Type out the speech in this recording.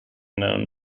known